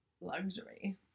luxury